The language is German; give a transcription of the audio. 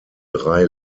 drei